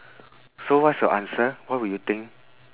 so what's your answer what would you think